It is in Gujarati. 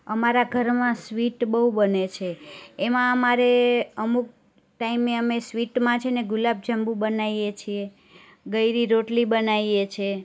અમારા ઘરમાં સ્વીટ બહુ બને છે એમાં અમારે અમુક ટાઈમે અમે સ્વિટમાં છેને ગુલાબ જાંબુ બનાવીએ છીએ ગળી રોટલી બનાવીએ છીએ